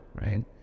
right